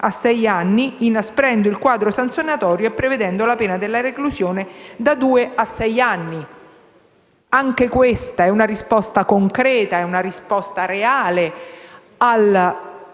sei anni, inasprendo il quadro sanzionatorio e prevedendo la pena della reclusione da due a sei anni. Anche questa è una risposta concreta e reale al